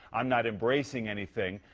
i'm not embracing anything.